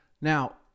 Now